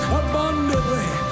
abundantly